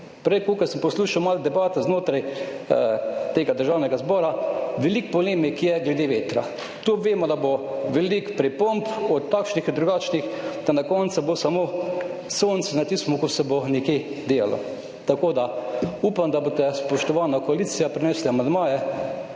Prej, kolikor sem poslušal malo debate znotraj tega državnega zbora, je veliko polemik glede vetra. Tu vemo, da bo veliko pripomb od takšnih in drugačnih, da bo na koncu samo sonce tisto, na katerem se bo nekaj delalo. Tako da upam, da boste, spoštovana koalicija, prinesli amandmaje